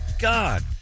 God